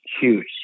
huge